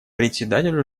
председатель